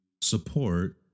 support